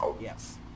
yes